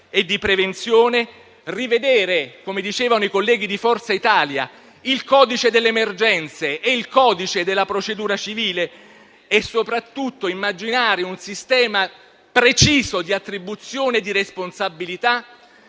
e prevenzione; revisione - come dicevano i colleghi di Forza Italia - del codice delle emergenze e del codice della procedura civile; soprattutto, immaginare un sistema preciso di attribuzione di responsabilità